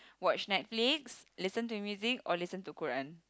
watch Netflix listen to music or listen to Quran